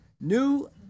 New